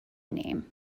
name